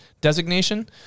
designation